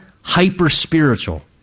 hyper-spiritual